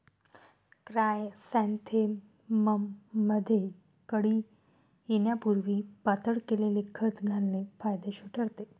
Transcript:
क्रायसॅन्थेमममध्ये कळी येण्यापूर्वी पातळ केलेले खत घालणे फायदेशीर ठरते